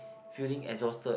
feeling exhausted